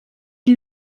ils